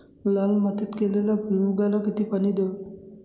लाल मातीत केलेल्या भुईमूगाला किती पाणी द्यावे?